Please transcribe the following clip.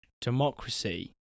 democracy